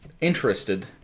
interested